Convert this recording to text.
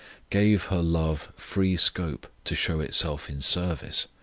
gave her love free scope to show itself in service.